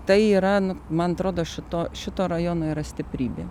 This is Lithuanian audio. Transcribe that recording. tai yra nu man atrodo šito šito rajono yra stiprybė